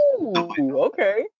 Okay